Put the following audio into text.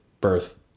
birth